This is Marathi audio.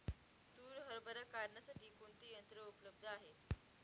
तूर हरभरा काढण्यासाठी कोणती यंत्रे उपलब्ध आहेत?